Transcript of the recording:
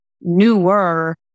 newer